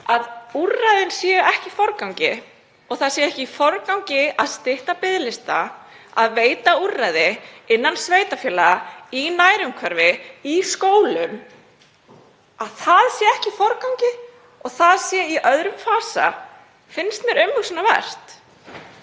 að úrræðin séu ekki í forgangi og það sé ekki í forgangi að stytta biðlista, að veita úrræði innan sveitarfélaga, í nærumhverfi, í skólum, að það sé ekki í forgangi og það sé í öðrum fasa finnst mér umhugsunarvert.